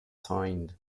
signed